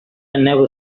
never